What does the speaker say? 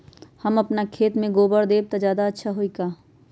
हम अपना खेत में गोबर देब त ज्यादा अच्छा होई का?